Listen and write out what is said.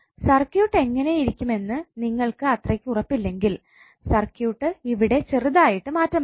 circuit എങ്ങനെയിരിക്കുമെന്ന് നിങ്ങൾക്ക് അത്രയ്ക്ക് ഉറപ്പില്ലെങ്കിൽ സർക്യൂട്ട് ഇവിടെ ചെറുതായിട്ട് മാറ്റം വരുത്താം